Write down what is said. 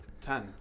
Ten